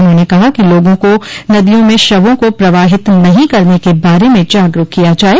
उन्होंने कहा कि लोगों को नदियों में शवों को प्रवाहित नहीं करने के बारे में जागरूक किया जाये